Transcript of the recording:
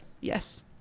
Yes